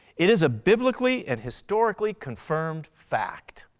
it is a biblically and historically confirmed fact.